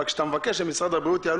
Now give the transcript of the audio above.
אבל כשאתה מבקש שמשרד הבריאות יענו,